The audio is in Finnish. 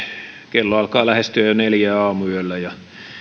kello alkaa lähestyä jo neljää aamuyöllä ja